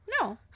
no